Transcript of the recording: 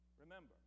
Remember